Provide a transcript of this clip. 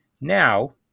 now